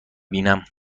بینم